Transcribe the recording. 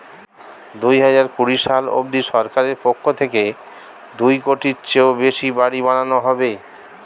দুহাজার কুড়ি সাল অবধি সরকারের পক্ষ থেকে দুই কোটির চেয়েও বেশি বাড়ি বানানো হবে